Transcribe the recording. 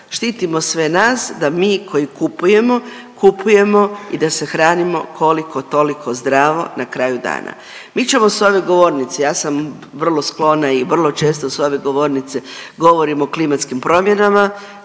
Štitimo sve nas da mi koji kupujemo, kupujemo i da se hranimo koliko-toliko zdravo na kraju dana. Mi ćemo s ove govornice, ja sam vrlo sklona i vrlo često s ove govornice govorim o klimatskim promjenama,